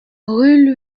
rue